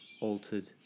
altered